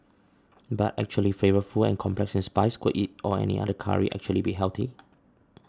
but equally flavourful and complex in spice could it or any other curry actually be healthy